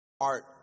art